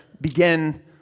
begin